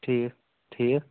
ٹھیٖک ٹھیٖک